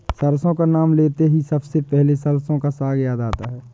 सरसों का नाम लेते ही सबसे पहले सरसों का साग याद आता है